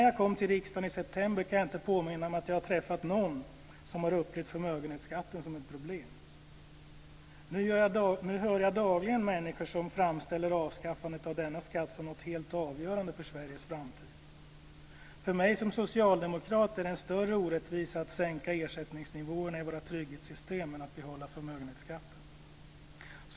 Jag kan inte påminna mig att jag, innan jag kom till riksdagen i september, har träffat någon som har upplevt förmögenhetsskatten som ett problem. Nu hör jag dagligen människor som framställer avskaffandet av denna skatt som något helt avgörande för Sveriges framtid. För mig som socialdemokrat är det en större orättvisa att sänka ersättningsnivåerna i våra trygghetssystem än att behålla förmögenhetsskatten.